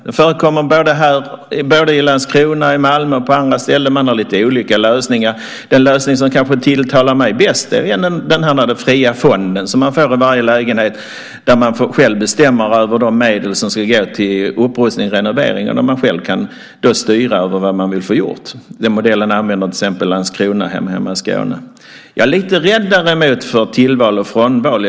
Det förekommer både i Landskrona, i Malmö och på andra ställen. Man har lite olika lösningar. Den lösning som kanske tilltalar mig bäst är den fria fond man får i varje lägenhet där man själv bestämmer över de medel som ska gå till upprustning och renovering och själv kan styra över vad man vill få gjort. Den modellen använder till exempel Landskronahem hemma i Skåne. Jag är däremot lite rädd för tillval och frånval.